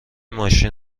ماشین